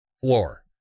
floor